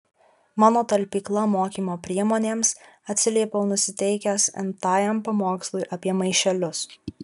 mano talpykla mokymo priemonėms atsiliepiau nusiteikęs n tajam pamokslui apie maišelius